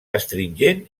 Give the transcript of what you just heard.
astringent